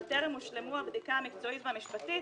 אבל טרם הושלמו הבדיקה המקצועית והמשפטית